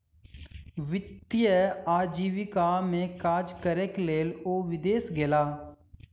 वित्तीय आजीविका में काज करैक लेल ओ विदेश गेला